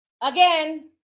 Again